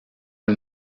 are